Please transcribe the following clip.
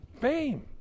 fame